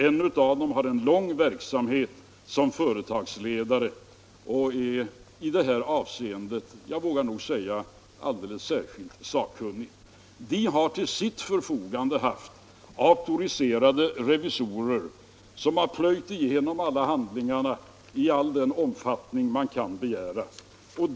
En av dem har en lång verksamhet som företagsledare bakom sig och är i det här avseendet, det vågar jag nog säga, alldeles särskilt sakkunnig. De har till sitt förfogande haft auktoriserade revisorer, som har plöjt igenom alla handlingar i den omfattning man kan begära.